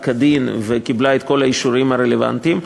כדין וקיבלה את כל האישורים הרלוונטיים.